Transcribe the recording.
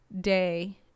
Day